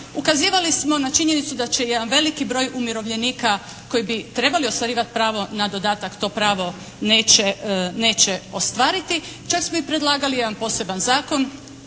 Ukazivali smo na činjenicu da će jedan veliki broj umirovljenika koji bi trebali ostvarit pravo na dodatak to pravo neće ostvariti. Čak smo i predlagali jedan poseban zakon